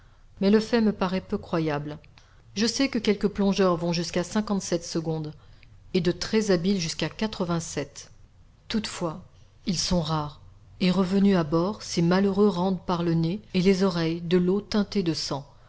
mais le fait me paraît peu croyable je sais que quelques plongeurs vont jusqu'à cinquante-sept secondes et de très habiles jusqu'à quatre-vingt-sept toutefois ils sont rares et revenus à bord ces malheureux rendent par le nez et les oreilles de l'eau teintée de sang